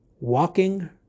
walking